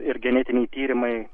ir genetiniai tyrimai